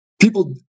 People